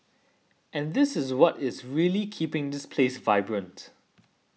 and this is what is really keeping this place vibrant